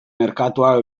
merkatuak